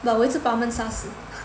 but 我一直把他们杀死